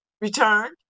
returned